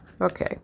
okay